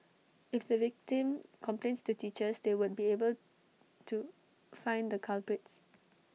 if the victim complains to teachers they won't be able to find the culprits